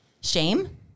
shame